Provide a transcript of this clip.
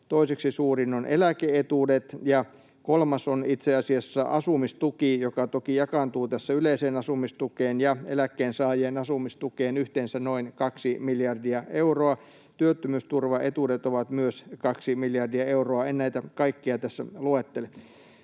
toiseksi suurin ovat eläke-etuudet, ja kolmas on itse asiassa asumistuki, joka toki jakaantuu tässä yleiseen asumistukeen ja eläkkeensaajien asumistukeen, yhteensä noin 2 miljardia euroa. Työttömyysturvaetuudet ovat myös 2 miljardia euroa. — En näitä kaikkia tässä luettele.